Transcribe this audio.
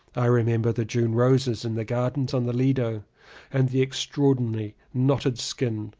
i remember the june roses in the gardens on the lido and the extraordinary knotted-skinned,